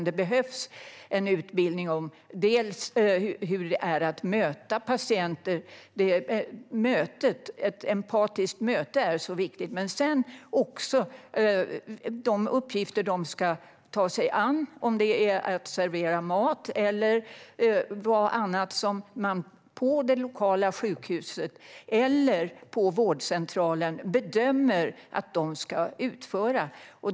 Det behövs utbildning om hur det är att möta patienter - ett empatiskt möte är viktigt - men också om de uppgifter de ska ta sig an. Det kan vara att servera mat eller annat som man på det lokala sjukhuset eller på vårdcentralen bedömer att de ska utföra.